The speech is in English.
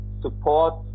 support